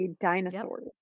Dinosaurs